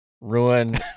ruin